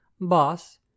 Boss